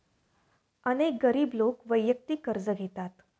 अनेक गरीब लोक वैयक्तिक कर्ज घेतात